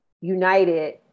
united